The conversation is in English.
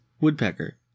woodpecker